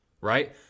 right